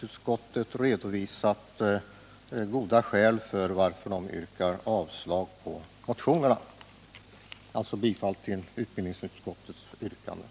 Utskottet har ju redovisat goda skäl för sitt avslagsyrkande. Jag yrkar alltså bifall till utbildningsutskottets hemställan.